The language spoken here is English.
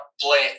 play